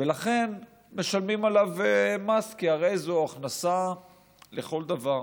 ולכן משלמים עליו מס, כי הרי זו הכנסה לכל דבר.